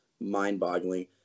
mind-boggling